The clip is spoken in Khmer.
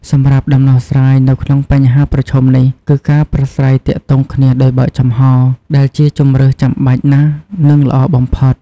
សម្រាប់ដំណោះស្រាយនៅក្នុងបញ្ហាប្រឈមនេះ គឺការប្រាស្រ័យទាក់ទងគ្នាដោយបើកចំហរ ដែលជាជម្រើសចាំបាច់ណាស់ និងល្អបំផុត។